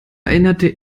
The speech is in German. erinnerte